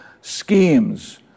schemes